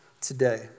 today